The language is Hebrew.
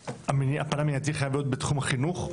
הפן המיידי חייב להיות בתחום החינוך,